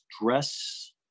dress